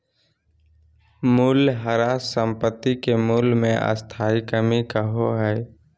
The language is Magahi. मूल्यह्रास संपाति के मूल्य मे स्थाई कमी के कहो हइ